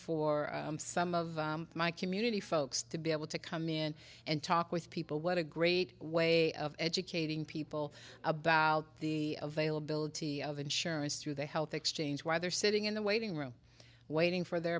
for some of my community folks to be able to come in and talk with people what a great way of educating people about the availability of insurance through the health exchange where they're sitting in the waiting room waiting for their